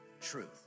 truth